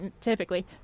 typically